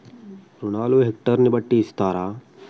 రుణాలు హెక్టర్ ని బట్టి ఇస్తారా?